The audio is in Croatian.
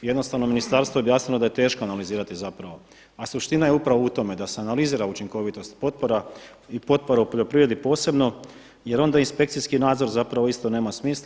Jednostavno ministarstvo je objasnilo da je teško analizirati zapravo, a suština je upravo u tome da se analizira učinkovitost potpora i potpora u poljoprivredi posebno jer onda inspekcijski nadzor zapravo isto nema smisla.